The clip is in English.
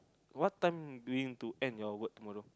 what time do you need to end your work tomorrow